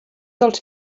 dels